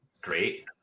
great